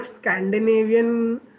Scandinavian